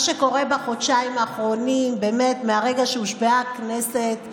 מה שקורה בחודשיים האחרונים, מרגע שהושבעה הכנסת,